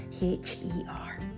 H-E-R